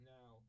Now